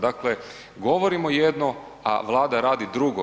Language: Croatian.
Dakle, govorimo jedno, a Vlada radi drugo.